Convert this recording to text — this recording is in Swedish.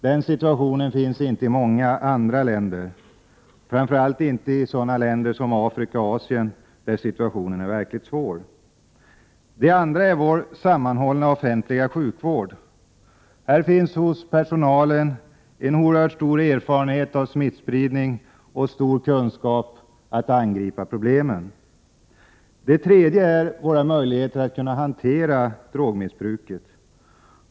Den situationen finns inte i många andra länder, framför allt inte i Afrika och Asien, där situationen är mycket svår. Det andra är vår sammanhållna offentliga sjukvård. Här finns stor erfarenhet av smittspridning och stor kunskap att angripa problemen. Det tredje är våra möjligheter att hantera drogmissbruket.